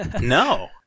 No